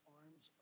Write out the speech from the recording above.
arms